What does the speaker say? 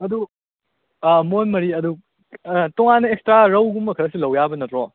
ꯑꯗꯨ ꯃꯣꯟ ꯃꯔꯤ ꯑꯗꯨ ꯇꯣꯉꯥꯟꯅ ꯑꯦꯛꯁꯇ꯭ꯔꯥ ꯔꯧꯒꯨꯝꯕ ꯈꯔꯁꯨ ꯂꯧꯕ ꯌꯥꯕ ꯅꯠꯇ꯭ꯔꯣ